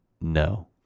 No